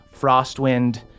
Frostwind